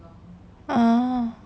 oh